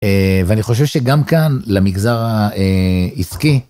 ואני חושב שגם כאן למגזר העסקי.